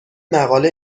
مقاله